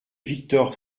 victor